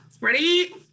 Ready